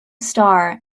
star